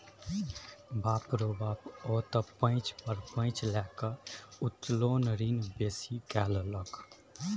बाप रौ बाप ओ त पैंच पर पैंच लकए उत्तोलन ऋण बेसी कए लेलक